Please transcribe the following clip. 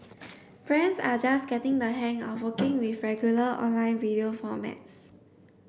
brands are just getting the hang of working with regular online video formats